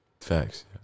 facts